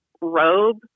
robe